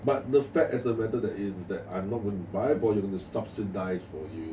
but the fact as the matter that is that I'm not going buy for you just subsidised for you